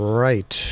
right